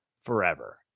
forever